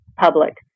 public